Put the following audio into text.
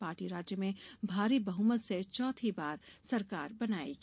party राज्य में भारी बहमत से चौथी बार सरकार बनायेगी